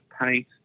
paint